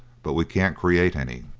but we can't create any.